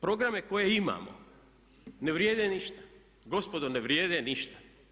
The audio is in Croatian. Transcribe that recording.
Programe koje imamo ne vrijede ništa, gospodo ne vrijede ništa.